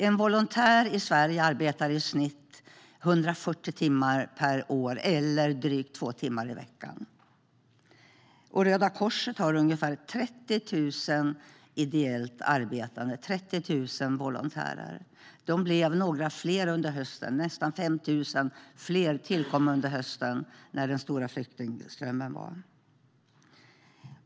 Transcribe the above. En volontär i Sverige arbetar i snitt 140 timmar per år, eller drygt 2 timmar i veckan. Röda Korset har ungefär 30 000 ideellt arbetande volontärer. De blev några fler under hösten; nästan 5 000 fler tillkom under hösten när den stora flyktingströmmen var.